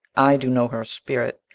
i do know her spirit,